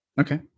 Okay